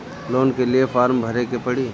Loan के लिए form भरे के पड़ी?